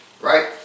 right